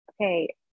okay